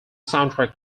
soundtrack